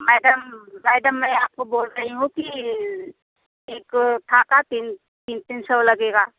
madam madam मैं आपको बोल रही हूँ कि एक था का तीन तीन तीन सौ लगेगा